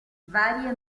varie